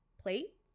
plate